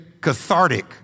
cathartic